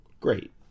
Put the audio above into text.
Great